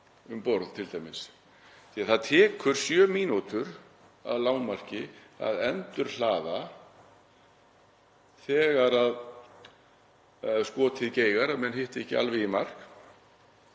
um borð, því að það tekur sjö mínútur að lágmarki að endurhlaða þegar skotið geigar og menn hitta ekki alveg í mark.